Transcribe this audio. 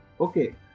okay